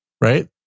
Right